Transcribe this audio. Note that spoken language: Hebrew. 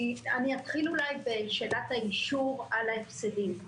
אני אתחיל אולי בשאלת האישור על ההפסדים.